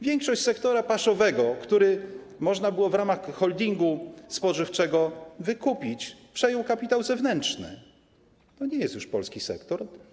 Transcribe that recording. Większość sektora paszowego, który można było w ramach holdingu spożywczego wykupić, przejął kapitał zewnętrzny, to nie jest już polski sektor.